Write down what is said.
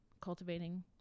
cultivating